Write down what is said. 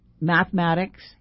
mathematics